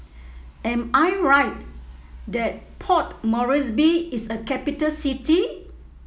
am I right that Port Moresby is a capital city